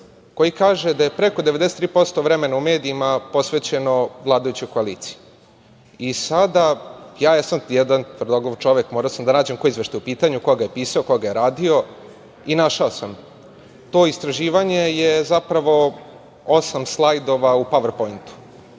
koji kaže da je preko 93% vremena u medijima posvećeno vladajućoj koaliciji.I sada, ja jesam jedan tvrdoglav čovek, morao sam da nađem koji je izveštaj u pitanju, ko ga je pisao, ko ga je radio, i našao sam. To istraživanje je zapravo osam slajdova u Power Point-u.